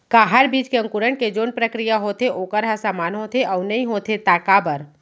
का हर बीज के अंकुरण के जोन प्रक्रिया होथे वोकर ह समान होथे, अऊ नहीं होथे ता काबर?